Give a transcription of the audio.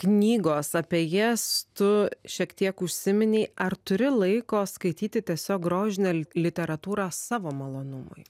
knygos apie jas tu šiek tiek užsiminei ar turi laiko skaityti tiesiog grožinę literatūrą savo malonumui